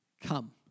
come